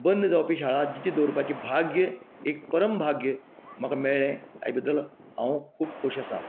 बंद जावपाची शाळा जितें दवरपाची भाग्य एक परम भाग्य म्हाका मेळ्ळें हाचे बद्दल हांव खूब खूश आसा